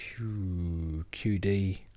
QD